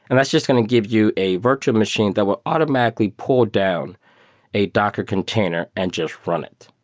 and that's just going to give you a virtual machine that will automatically pull down a docker container and just run it.